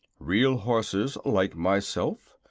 real horses, like myself,